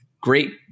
great